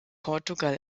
portugal